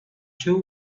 two